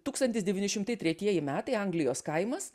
tūkstantis devyni šimtai tretieji metai anglijos kaimas